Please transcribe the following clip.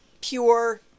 pure